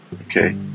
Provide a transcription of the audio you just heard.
okay